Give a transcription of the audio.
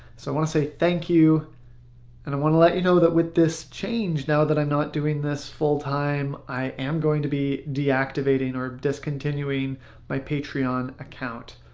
so i want to say thank you and i want to let you know that with this change now that i'm not doing this full-time i am going to be deactivating or discontinuing my patreon account.